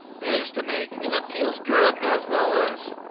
they used to make. and it feels good as well as